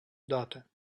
daughter